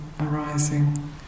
arising